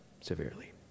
severely